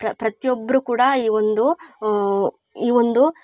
ಪ್ರ ಪ್ರತಿಯೊಬ್ಬರು ಕೂಡ ಈ ಒಂದು ಈ ಒಂದು